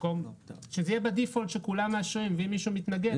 שזה יהיה בדיפולט שכולם מאשרים ואם מישהו מתנגד,